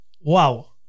Wow